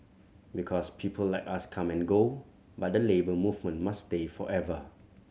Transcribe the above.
because people like us come and go but the Labour Movement must stay forever